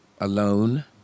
alone